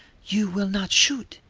you will not shoot?